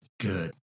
good